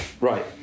Right